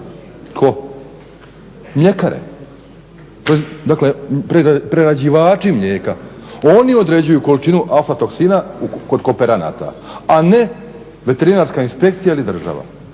Tko? Mljekare. Dakle, prerađivači mlijeka, oni određuju količinu aflatoksina kod kooperanata, a ne veterinarska inspekcija ili država.